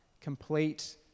complete